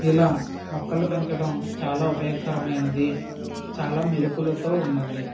ఇలా మొక్కలు పెంచడం చాలా ఉపయోగకరమైనది చాలా మెలుకులతో ఉంది